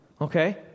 okay